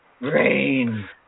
brain